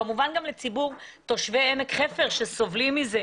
כמובן גם לציבור תושבי עמק חפר שסובלים מזה,